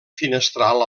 finestral